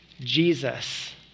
Jesus